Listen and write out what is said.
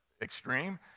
extreme